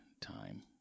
time